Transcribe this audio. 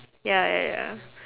ya ya ya